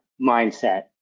mindset